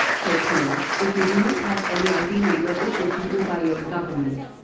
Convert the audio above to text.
click no if you do not have any id number issued to you by your government